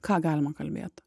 ką galima kalbėt